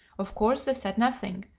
of course they said nothing,